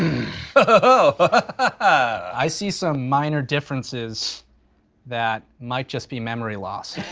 ah i see some minor differences that might just be memory loss.